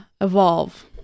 Evolve